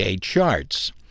charts